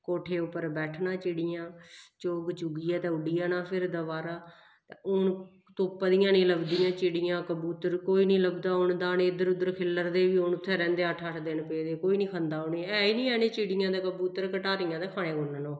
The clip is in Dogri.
कोठे उप्पर बैठना चिड़ियें चोग चुग्गिये ते उड्डी जाना फिर दबारा हून तुप्पी दियां निं लभदियां चिड़ियां कबूतर कोई नी लभदा हून दाने इद्धर उद्धर खि'ल्लरदे बी हून उत्थें रैह्दे अट्ठअट्ठ दिन पेदे कोई निं खंदा उ'नेंगी हैन गै निं चिड़ियां ते कबूतर गटारियां ते खानियां कुन्नै न ओह्